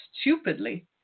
stupidly